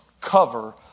cover